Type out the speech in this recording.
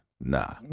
nah